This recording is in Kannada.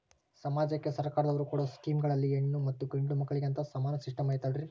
ಸಮಾಜಕ್ಕೆ ಸರ್ಕಾರದವರು ಕೊಡೊ ಸ್ಕೇಮುಗಳಲ್ಲಿ ಹೆಣ್ಣು ಮತ್ತಾ ಗಂಡು ಮಕ್ಕಳಿಗೆ ಅಂತಾ ಸಮಾನ ಸಿಸ್ಟಮ್ ಐತಲ್ರಿ?